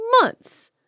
months